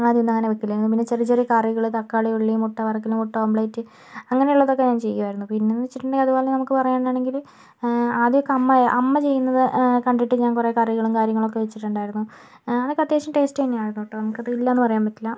ആദ്യമൊന്നും അങ്ങനെ വെക്കലില്ല പിന്നെ ചെറിയ ചെറിയ കറികള് തക്കാളി ഉള്ളി മുട്ട വറ്ക്കല് മുട്ട ഓംലെറ്റ് അങ്ങനെയുള്ളതൊക്കെ ഞാൻ ചെയ്യുവാരുന്നു പിന്നേന്ന് വെച്ചിട്ടുണ്ടെങ്കിൽ അതുപോലെ നമുക്ക് പറയാനാണെങ്കില് ആദ്യമൊക്കെ അമ്മ അമ്മ ചെയ്യുന്നത് കണ്ടിട്ട് ഞാൻ കുറെ കറികളും കാര്യങ്ങളൊക്കെ വെച്ചിട്ടുണ്ടായിരുന്നു അതൊക്കെ അത്യാവശ്യം ടേസ്റ്റ് തന്നെ ആയിരുന്നുട്ടോ നമുക്കതിലാന്ന് പറയാൻ പറ്റില്ല